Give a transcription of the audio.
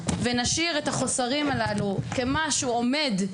ונשאיר את החוסרים הללו כמשהו עומד,